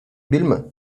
vilma